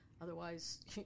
Otherwise